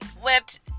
whipped